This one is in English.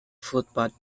footpath